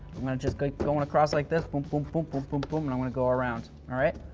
i'm going to just going going across like this, boom, boom, boom, boom, boom, boom. and i want to go around, all right.